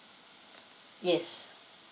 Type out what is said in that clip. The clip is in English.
yes